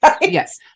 Yes